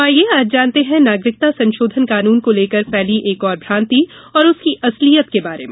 तो आईये आज जानते हैं नागरिकता संशोधन कानून को लेकर फैली एक और भ्रान्ति और उसकी असलियत के बारे में